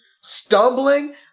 stumbling